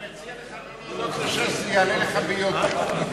אני מציע לך לא להודות לש"ס.